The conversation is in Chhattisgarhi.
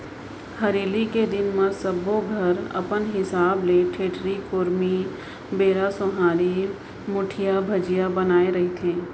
हरेली के दिन म सब्बो घर अपन हिसाब ले ठेठरी, खुरमी, बेरा, सुहारी, मुठिया, भजिया बनाए रहिथे